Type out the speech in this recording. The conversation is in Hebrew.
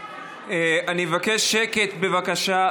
אני מבקש שקט, בבקשה.